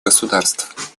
государств